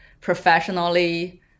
professionally